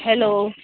hello